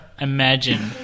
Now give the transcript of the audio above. Imagine